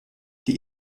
die